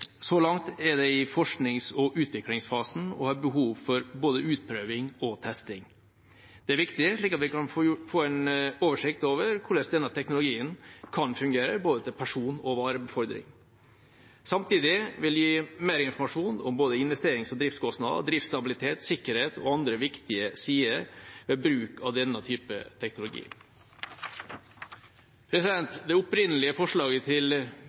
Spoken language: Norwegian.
Så langt er det i forsknings- og utviklingsfasen, og det er behov for både utprøving og testing. Det er viktig, slik at vi kan få en oversikt over hvordan denne teknologien kan fungere til både person- og varebefordring. Samtidig vil det gi mer informasjon om både investerings- og driftskostnader, driftsstabilitet, sikkerhet og andre viktige sider ved bruk av denne typen teknologi. Det opprinnelige forslaget til